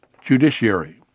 judiciary